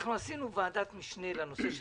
עשינו ועדת משנה לנושא הפקעות.